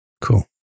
Cool